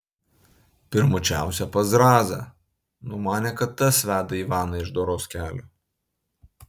pirmučiausia pas zrazą numanė kad tas veda ivaną iš doros kelio